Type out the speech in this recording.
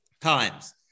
times